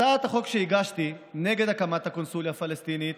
הצעת החוק שהגשתי נגד הקמת הקונסוליה הפלסטינית